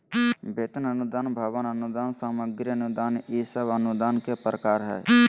वेतन अनुदान, भवन अनुदान, सामग्री अनुदान ई सब अनुदान के प्रकार हय